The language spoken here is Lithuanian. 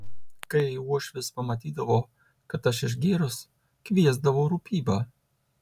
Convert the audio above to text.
kai uošvis pamatydavo kad aš išgėrus kviesdavo rūpybą